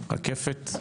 רקפת.